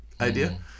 idea